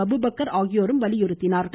Abu Bakr ஆகியோரும் வலியுறுத்தினார்கள்